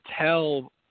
tell